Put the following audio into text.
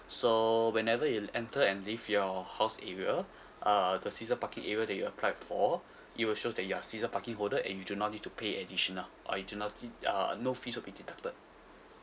so whenever you enter and leave your house area uh the season parking area that you applied for it will show that you're season parking holder and you do not need to pay additional or you do not ne~ uh no fees will be deducted